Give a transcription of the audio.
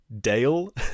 Dale